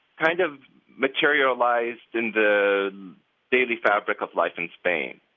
kind of materialized in the daily fabric of life in spain.